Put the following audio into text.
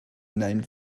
named